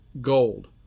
gold